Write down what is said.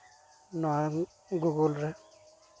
ᱱᱚᱣᱟ ᱜᱩᱜᱳᱞ ᱨᱮ